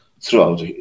throughout